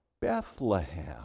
Bethlehem